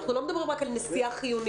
אנחנו לא מדברים רק על נסיעה חיונית,